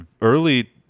early